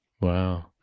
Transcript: wow